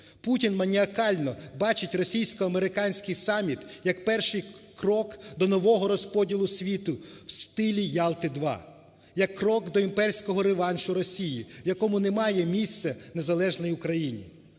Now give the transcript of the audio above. Путінманіакально бачить російсько-американський саміт як перший крок до нового розподілу світу в стилі "Ялти-2", як крок імперського реваншу Росії, в якому немає місця незалежній Україні.